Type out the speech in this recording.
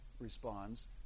responds